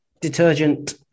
detergent